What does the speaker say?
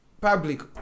public